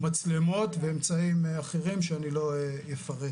מצלמות ואמצעים אחרים שאני לא אפרט